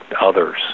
others